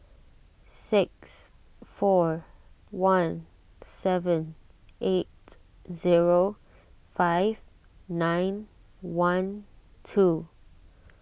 six four one seven eight zero five nine one two